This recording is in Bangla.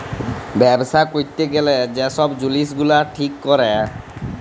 ব্যবছা ক্যইরতে গ্যালে যে ছব জিলিস গুলা ঠিক ক্যরে